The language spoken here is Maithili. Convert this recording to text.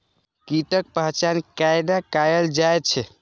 कीटक पहचान कैना कायल जैछ?